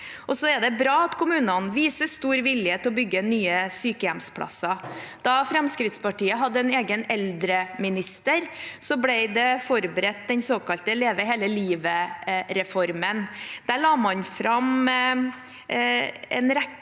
Det er også bra at kommunene viser stor vilje til å bygge nye sykehjemsplasser. Da Fremskrittspartiet hadde en egen eldreminister, ble den såkalte Leve hele livet-reformen